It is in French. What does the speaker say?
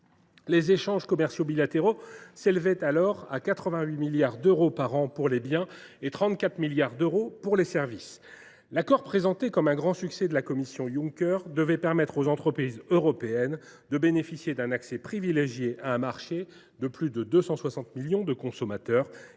Les échanges commerciaux bilatéraux s’élevaient alors à 88 milliards d’euros par an pour les biens et à 34 milliards d’euros pour les services. L’accord, présenté comme un grand succès de la Commission Juncker, devait permettre aux entreprises européennes de bénéficier d’un accès privilégié à un marché de plus de 260 millions de consommateurs et, à terme, d’économiser